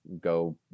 go